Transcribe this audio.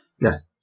Yes